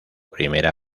primera